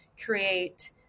Create